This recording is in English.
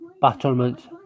Battlement